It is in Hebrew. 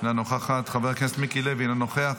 אינה נוכחת, חבר הכנסת מיקי לוי, אינו נוכח.